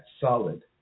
solid